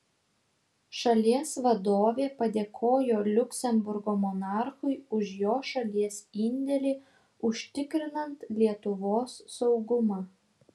šalies vadovė padėkojo liuksemburgo monarchui už jo šalies indėlį užtikrinant lietuvos saugumą